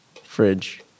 Fridge